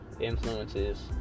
influences